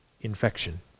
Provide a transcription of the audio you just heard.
infection